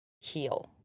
heal